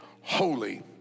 holy